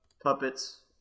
puppets